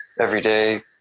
everyday